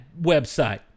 website